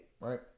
right